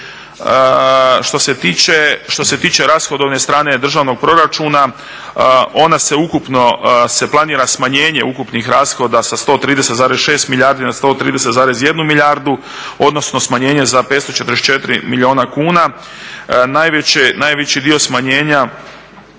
Što se tiče rashodovne strane Državnog proračuna, planira se smanjenje ukupnih rashoda sa 130,6 milijardi na 130,1 milijardu, odnosno smanjenje za 544 milijuna kuna.